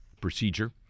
procedure